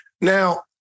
Now